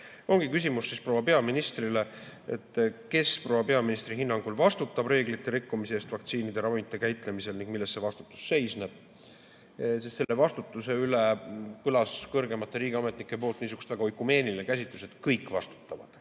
ongi küsimus proua peaministrile: kes proua peaministri hinnangul vastutab reeglite rikkumise eest vaktsiinide-ravimite käitlemisel ning milles see vastutus seisneb? Vastutuse üle kõlas kõrgemate riigiametnike poolt niisugune väga oikumeeniline käsitlus, et kõik vastutavad,